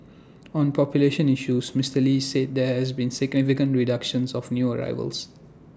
on population issues Mister lee said there has been significant reduction of new arrivals